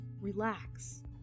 relax